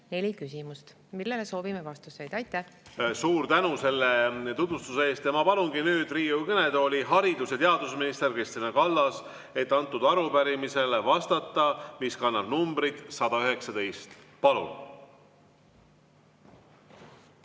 neli küsimust, millele soovime vastuseid. Aitäh! Suur tänu selle tutvustuse eest! Ma palungi nüüd Riigikogu kõnetooli haridus‑ ja teadusminister Kristina Kallase, kes vastab arupärimisele, mis kannab numbrit 119. Palun!